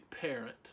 parent